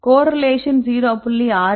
correlation 0